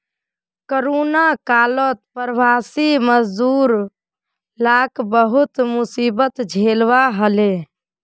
corona कालत प्रवासी मजदूर लाक बहुत मुसीबत झेलवा हले